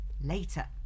Later